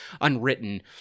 unwritten